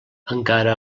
encara